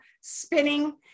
spinning